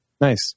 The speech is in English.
nice